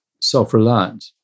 self-reliant